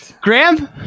Graham